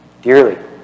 dearly